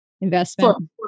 investment